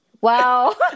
wow